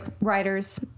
writers